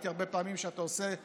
אתה גורם לנזק עצום.